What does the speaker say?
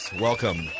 Welcome